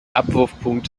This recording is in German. abwurfpunkt